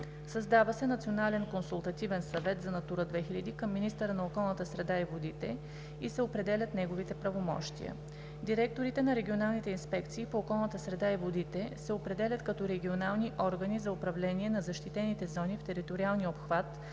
Създава се Национален консултативен съвет за „Натура 2000“ към министъра на околната среда и водите и се определят неговите правомощия. Директорите на регионалните инспекции по околната среда и водите се определят като регионални органи за управление на защитените зони в териториалния обхват